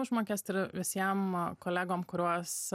užmokestį ir visiem kolegom kuriuos